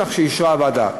בנוסח שאישרה הוועדה.